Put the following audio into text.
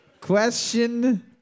Question